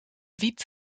wiet